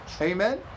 amen